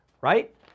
Right